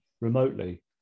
remotely